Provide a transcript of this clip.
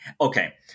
Okay